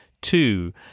two